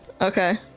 Okay